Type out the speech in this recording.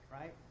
Right